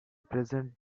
present